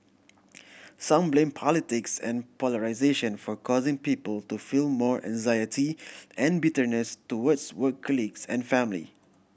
some blame politics and polarisation for causing people to feel more anxiety and bitterness towards work colleagues and family